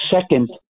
second